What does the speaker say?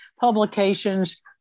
publications